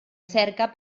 cerca